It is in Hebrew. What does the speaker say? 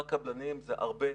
שבעה קבלנים זה הרבה,